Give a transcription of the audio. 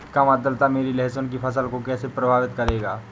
कम आर्द्रता मेरी लहसुन की फसल को कैसे प्रभावित करेगा?